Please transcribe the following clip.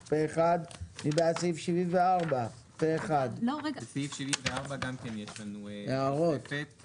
הצבעה סעיף 85(73) אושר לסעיף 74 גם כן יש לנו תוספת.